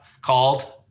called